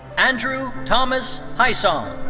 andrew thomas hysong.